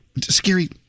Scary